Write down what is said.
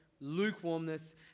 lukewarmness